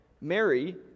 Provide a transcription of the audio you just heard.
Mary